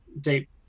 deep